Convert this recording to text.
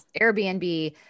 Airbnb